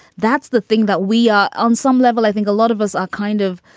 that's the thing that we are. on some level, i think a lot of us are kind of,